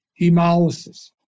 hemolysis